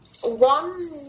one